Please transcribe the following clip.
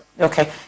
Okay